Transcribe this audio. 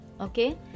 Okay